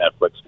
Netflix –